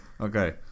Okay